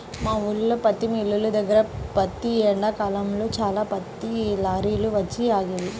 మా ఊల్లో పత్తి మిల్లు దగ్గర ప్రతి ఎండాకాలంలో చాలా పత్తి లారీలు వచ్చి ఆగేవి